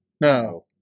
No